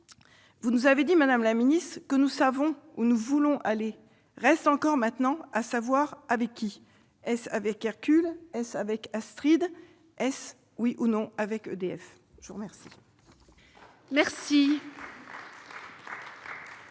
Vous nous avez dit, madame la ministre, que nous savons où nous voulons aller. Reste maintenant à savoir avec qui : est-ce avec Hercule ? Est-ce avec Astrid ? Est-ce, oui ou non, avec EDF ? Nous en avons terminé